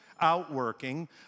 outworking